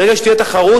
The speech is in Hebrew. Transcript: ברגע שתהיה תחרות,